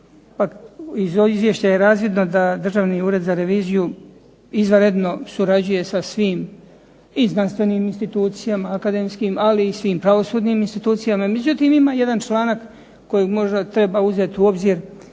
Iz izvještaja je razvidno da Državni ured za reviziju izvanredno surađuje sa svim i znanstvenim institucijama akademskim ali i svim pravosudnim institucijama. Međutim, ima jedan članak kojeg možda treba uzeti u obzir